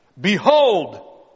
Behold